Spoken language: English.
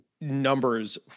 numbers